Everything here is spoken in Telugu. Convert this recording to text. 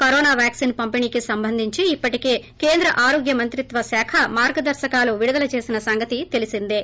కరోనా వ్యాక్సిన్ పంపిణీకి సంబంధించి ఇప్పటికే కేంద్ర తరోగ్య మంత్రిత్వశాఖ మార్గదర్నకాలు విడుదల చేసిన సంగతి తెలిసిందే